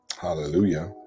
Hallelujah